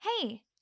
Hey